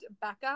Becca